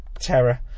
terror